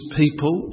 people